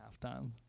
Halftime